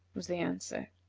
was the answer.